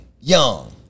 young